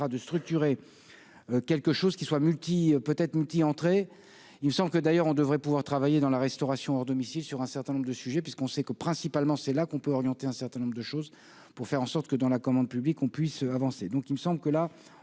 de structurer quelque chose qui soit multi-peut être multi-entrées, il me semble que d'ailleurs on devrait pouvoir travailler dans la restauration hors domicile sur un certain nombre de sujets, puisqu'on sait que, principalement, c'est là qu'on peut orienter un certain nombre de choses pour faire en sorte que dans la commande publique, on puisse avancer, donc il me semble que là